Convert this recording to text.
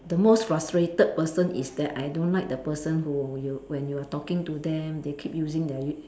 the most frustrated person is that I don't like the person who you when you are talking to them they keep using their y~